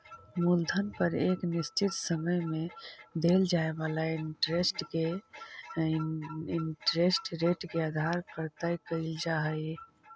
मूलधन पर एक निश्चित समय में देल जाए वाला इंटरेस्ट के इंटरेस्ट रेट के आधार पर तय कईल जा हई